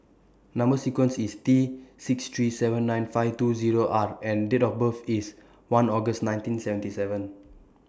Number sequence IS T six three seven nine five two Zero R and Date of birth IS one August nineteen seventy seven